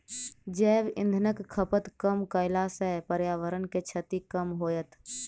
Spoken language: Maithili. जैव इंधनक खपत कम कयला सॅ पर्यावरण के क्षति कम होयत